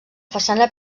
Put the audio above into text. façana